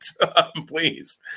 Please